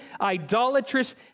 idolatrous